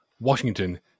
Washington